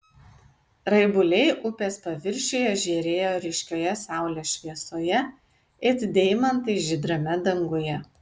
raibuliai upės paviršiuje žėrėjo ryškioje saulės šviesoje it deimantai žydrame danguje